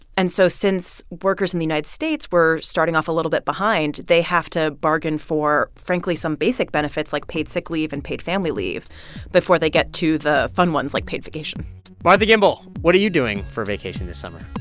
and so since workers in the united states were starting off a little bit behind, they have to bargain for, frankly, some basic benefits like paid sick leave and paid family leave before they get to the fun ones like paid vacation martha gimbel, what are you doing for vacation this summer?